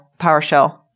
PowerShell